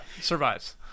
Survives